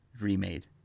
remade